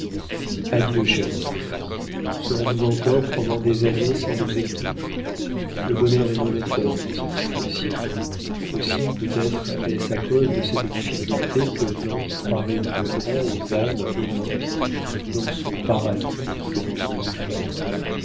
ange serons-nous encore pendant des années sans nous écrire le bonheur est monotone dans ses expressions aussi peut-être est-ce à cause de cette difficulté que dante paraît plus grand aux âmes aimantes dans son paradis que dans son enfer